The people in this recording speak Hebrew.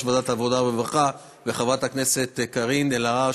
ועדת העבודה והרווחה וחברת הכנסת קארין אלהרר,